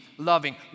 loving